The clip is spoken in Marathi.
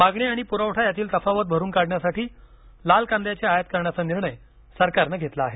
मागणी आणि पुरवठा यातील तफावत भरुन काढण्यासाठी लाल कांद्याची आयात करण्याचा निर्णय सरकारनं घेतला आहे